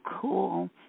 cool